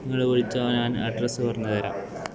നിങ്ങൾ വിളിച്ചോ ഞാൻ അഡ്രസ് പറഞ്ഞു തരാം